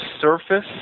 surface